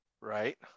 Right